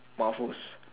waffles